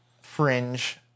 fringe